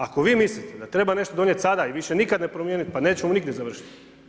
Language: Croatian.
Ako vi mislite da treba nešto donijeti sada i više nikad ne promijeniti, pa nećemo nigdje završiti.